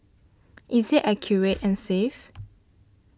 is it accurate and safe